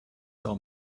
saw